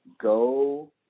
go